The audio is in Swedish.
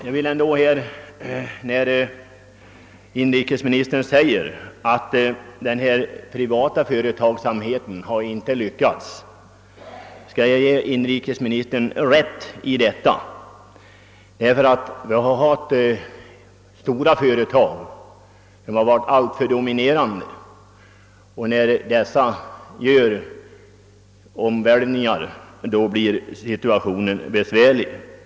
Jag vill ge inrikesministern rätt i att den privata företagsamheten inte har lyckats i sin uppgift att skapa trygghet och sysselsättning. Vi har i länet haft för stora företag, som varit alltför dominerande. När dessa undergår omvälvningar blir därför situationen besvärlig.